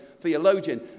theologian